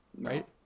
right